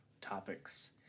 topics